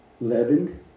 leavened